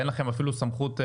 אין לכם אפילו סמכות.